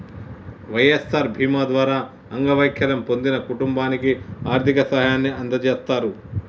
వై.ఎస్.ఆర్ బీమా ద్వారా అంగవైకల్యం పొందిన కుటుంబానికి ఆర్థిక సాయాన్ని అందజేస్తారు